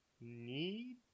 Need